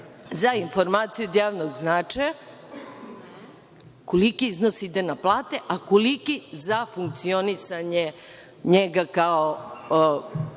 za informacije od javnog značaja, koliki iznos ide na plate, a koliki za funkcionisanje njega kao